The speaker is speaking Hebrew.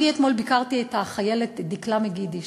אתמול ביקרתי את החיילת דקלה מגידיש,